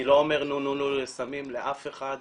אני לא אומר "נו נו נו" לסמים לאף אחד,